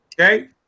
Okay